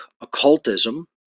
occultism